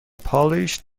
polished